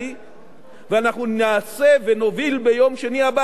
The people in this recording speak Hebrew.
אנחנו נעשה ונוביל ביום שני הבא צעדים ריאליים